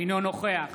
אינו נוכח